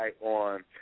on